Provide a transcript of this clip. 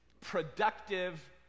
productive